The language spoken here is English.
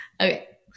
Okay